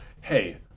Hey